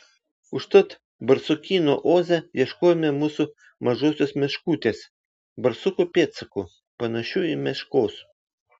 užtat barsukyno oze ieškojome mūsų mažosios meškutės barsuko pėdsakų panašių į meškos